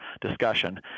discussion